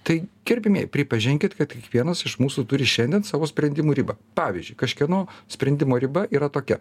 tai gerbiamieji pripažinkit kad kiekvienas iš mūsų turi šiandien savo sprendimų ribą pavyzdžiui kažkieno sprendimo riba yra tokia